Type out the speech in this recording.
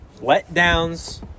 letdowns